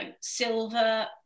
Silver